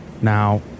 Now